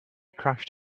crashed